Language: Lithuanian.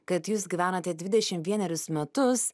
kad jūs gyvenate dvidešim vienerius metus